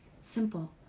Simple